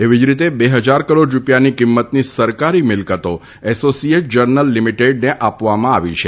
એવી જ રીતે બે હજાર કરોડ રૂપિયાની કિંમતની સરકારી મિલ્કતો એસોસીએટ જર્નલ લીમીટેડને આપવામાં આવી છે